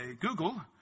Google